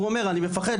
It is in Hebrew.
הוא אומר אני מפחד,